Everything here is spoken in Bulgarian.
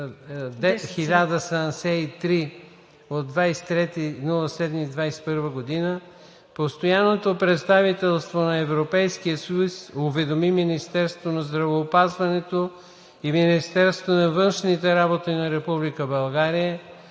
г. Постоянното представителство на Европейския съюз уведоми Министерството на здравеопазването и Министерството на външните работи на Република България,